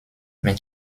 mais